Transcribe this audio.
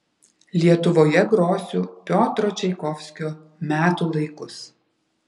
lietuvoje grosiu piotro čaikovskio metų laikus